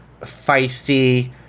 feisty